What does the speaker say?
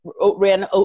Ran